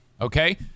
okay